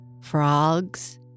frogs